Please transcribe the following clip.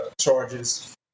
charges